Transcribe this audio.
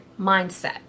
mindset